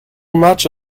much